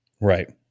Right